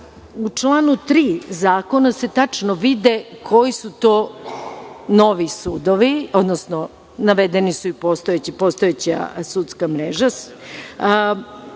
članu 3. Zakona se tačno vide koji su to novi sudovi, odnosno navedena je i postojeći sudska mreža.